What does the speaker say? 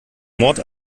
mord